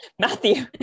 matthew